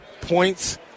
points